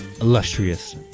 illustrious